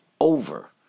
over